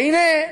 והנה,